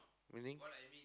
meaning